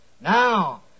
Now